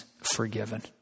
forgiven